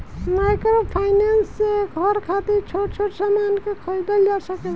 microfinance से घर खातिर छोट छोट सामान के खरीदल जा सकेला